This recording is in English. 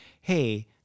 Hey